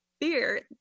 fear